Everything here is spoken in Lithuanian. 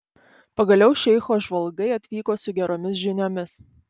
pagaliau šeicho žvalgai atvyko su geromis žiniomis